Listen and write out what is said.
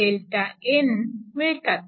Δn मिळतात